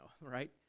right